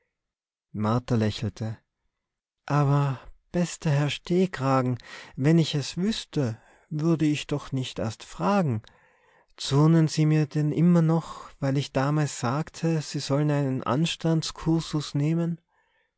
martha lächelte aber bester herr stehkragen wenn ich es wüßte würde ich doch nicht erst fragen zürnen sie mir denn immer noch weil ich damals sagte sie sollten einen anstandskursus nehmen